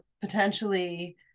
potentially